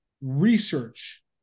research